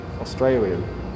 Australian